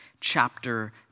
chapter